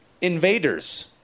Invaders